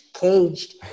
caged